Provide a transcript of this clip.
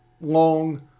long